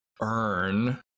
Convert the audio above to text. earn